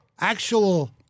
actual